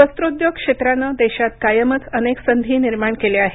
वस्त्रोद्योग क्षेत्रानं देशात कायमच अनेक संधी निर्माण केल्या आहेत